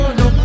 no